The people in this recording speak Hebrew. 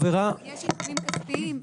יש עיצומים כספיים.